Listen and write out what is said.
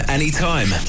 anytime